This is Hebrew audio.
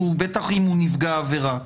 בטח אם הוא נפגע עבירה,